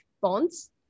bonds